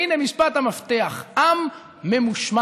והינה משפט המפתח: "עם ממושמע,